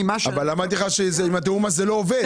אבל אמרתי לך שעם תיאום מס זה לא עובד.